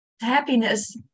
Happiness